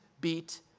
beat